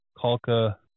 Kalka